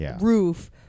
roof